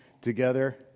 together